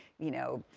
you know,